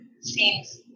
seems